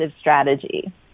strategy